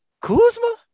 kuzma